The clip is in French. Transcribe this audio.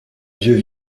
vieux